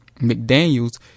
McDaniels